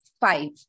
Five